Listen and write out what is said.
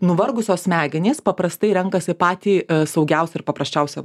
nuvargusios smegenys paprastai renkasi patį saugiausią ir paprasčiausią